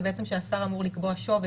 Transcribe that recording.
שרשום בתקנות, שהשר אמור לקבוע שווי.